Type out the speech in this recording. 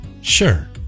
Sure